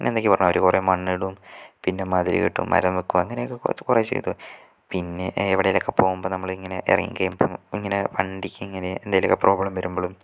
അങ്ങനെ എന്തൊക്കെയോ പറഞ്ഞ് അവര് കുറെ മണ്ണിടും പിന്നെ മതില് കെട്ടും മരം വയ്ക്കും അങ്ങനെയൊക്കെ കുറെ ചെയ്തു പിന്നെ എവിടെലും ഒക്കെ പോകുമ്പം നമ്മള് ഇങ്ങനെ ഇറങ്ങി കഴിയുമ്പോൾ ഇങ്ങനെ വണ്ടിക്ക് ഇങ്ങനെ എന്തേലുമൊക്കെ പ്രോബ്ലം വരുമ്പളും